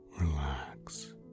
relax